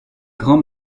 grand